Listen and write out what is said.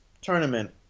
tournament